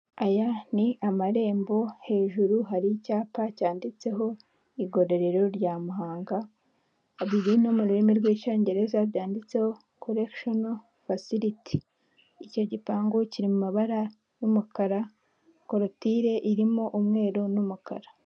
Aya ni amarembo hejuru hari icyapa cyanditseho igororero rya Muhanga hari ibindi no mu rurimi rw'icyongereza byanditseho koregishono fasiriti. Icyo gipangu kiri mu mabara y'umukara, korutire irimo umweru n'umukara.